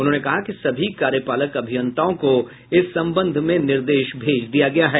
उन्होंने कहा कि सभी कार्यपालक अभियंताओं को इस संबंध में निर्देश भेज दिया गया है